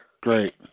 Great